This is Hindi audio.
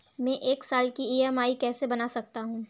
मैं एक साल की ई.एम.आई कैसे बना सकती हूँ?